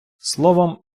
словом